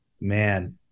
man